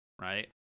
right